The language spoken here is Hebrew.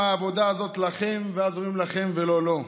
מה העבודה הזאת לכם?" ואז אומרים: "לכם ולא לו".